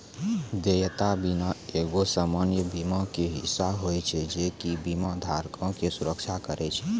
देयता बीमा एगो सामान्य बीमा के हिस्सा होय छै जे कि बीमा धारको के सुरक्षा करै छै